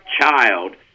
child